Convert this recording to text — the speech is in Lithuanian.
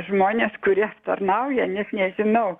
žmones kurie aptarnauja nes nežinau